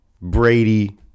Brady